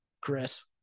Chris